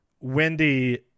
wendy